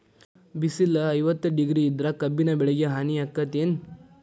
ಬಿಸಿಲ ಐವತ್ತ ಡಿಗ್ರಿ ಇದ್ರ ಕಬ್ಬಿನ ಬೆಳಿಗೆ ಹಾನಿ ಆಕೆತ್ತಿ ಏನ್?